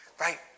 right